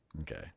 Okay